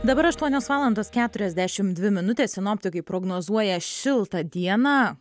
dabar aštuonios valandos keturiasdešimt dvi minutės sinoptikai prognozuoja šiltą dieną